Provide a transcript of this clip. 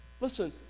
Listen